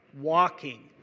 walking